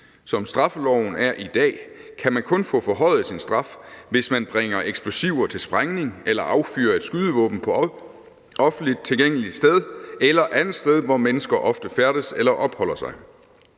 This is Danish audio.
Som straffeloven er i dag, kan man kun få forhøjet sin straf, hvis man bringer eksplosiver til sprængning eller affyrer et skydevåben på offentligt tilgængeligt sted eller andet sted, hvor mennesker ofte færdes eller opholder sig.